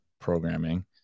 programming